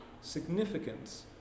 significance